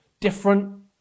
different